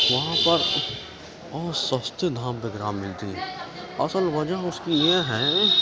وہاں پر بہت سستے دام پر کتاب ملتی ہے اصل وجہ اس کی یہ ہے